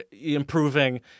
improving